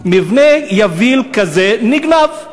מבנה יביל כזה, נגנב.